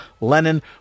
Lenin